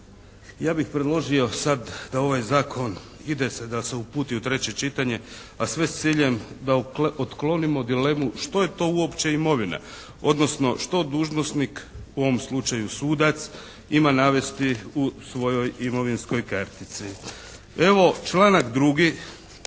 ja bih predložio sad da ovaj zakon ide se, da se uputi u treće čitanje a sve s ciljem da otklonimo dilemu što je to uopće imovina. Odnosno što dužnosnik u ovom slučaju sudac ima navesti u svojoj imovinskoj kartici. Evo članak 2.,